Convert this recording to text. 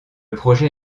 projet